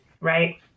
right